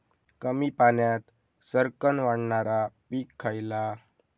कमी पाण्यात सरक्कन वाढणारा पीक खयला?